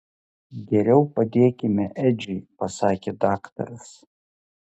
geriau padėkime edžiui pasakė daktaras